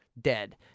Dead